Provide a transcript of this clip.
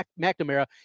McNamara